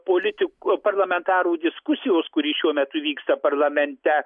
politik parlamentarų diskusijos kuri šiuo metu vyksta parlamente